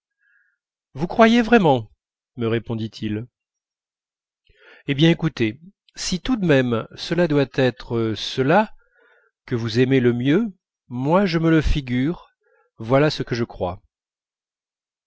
vous croyez vraiment me répondit-il eh bien écoutez si tout de même cela doit être cela que vous aimez le mieux moi je me le figure voilà ce que je crois